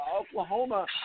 Oklahoma